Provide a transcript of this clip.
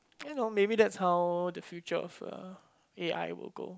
you know maybe that's how the future of A A_I will go